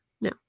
no